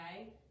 okay